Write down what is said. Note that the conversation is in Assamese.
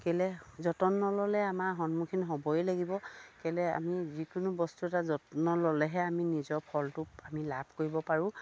কেলে যতন নল'লে আমাৰ সন্মুখীন হ'বই লাগিব কেলে আমি যিকোনো বস্তু এটা যত্ন ল'লেহে আমি নিজৰ ফলটোক আমি লাভ কৰিব পাৰোঁ